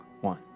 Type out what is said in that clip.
One